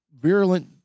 virulent